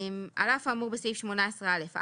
על אף האמור בסעיף 18א(א),